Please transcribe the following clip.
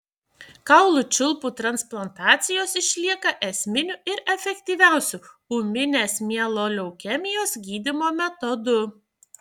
kaulų čiulpų transplantacijos išlieka esminiu ir efektyviausiu ūminės mieloleukemijos gydymo metodu